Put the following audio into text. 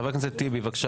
חבר הכנסת טיבי, בבקשה.